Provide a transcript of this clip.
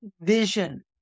vision